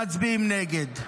אתם מצביעים נגד.